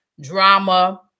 drama